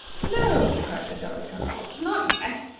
no, cried the jolly-cum-pop, not yet.